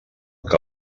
que